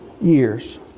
years